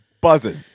buzzing